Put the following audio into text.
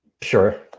sure